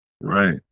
right